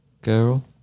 girl